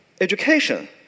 education